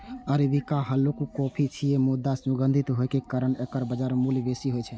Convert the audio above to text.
arabica हल्लुक coffee छियै, मुदा सुगंधित होइ के कारण एकर बाजार मूल्य बेसी होइ छै